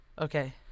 Okay